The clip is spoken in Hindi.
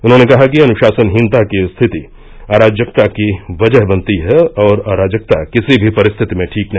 उन्होंने कहा कि अनुशासनहीनता की स्थिति अराजकता की वजह बनती है और अराजकता किसी भी परिस्थिति में ठीक नहीं